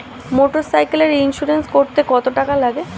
মোটরসাইকেলের ইন্সুরেন্স করতে কত টাকা লাগে?